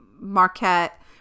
marquette